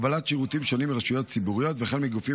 קבלת שירותים שונים מרשויות ציבוריות וכן מגופים